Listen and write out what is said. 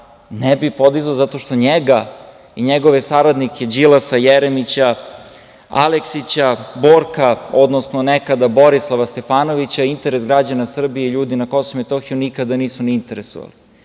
ne bi podizao zato što njega i njegove saradnike, Đilasa, Jeremića, Alekića, Borka, odnosno nekada Borislava Stefanovića, interes građana Srbije i ljudi na KiM nikada nisu ni interesovali,